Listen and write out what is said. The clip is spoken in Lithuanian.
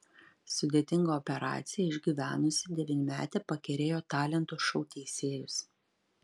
sudėtingą operaciją išgyvenusi devynmetė pakerėjo talentų šou teisėjus